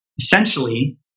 essentially